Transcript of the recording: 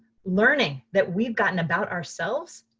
learning that we've gotten about ourselves,